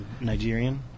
Nigerian